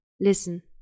listen